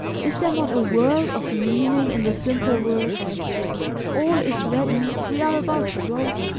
is there not a world of meaning in the simple words all is ready, we are about to go?